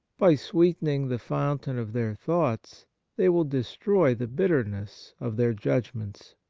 by sweetening the fountain of their thoughts they will destroy the bitterness of their judgments.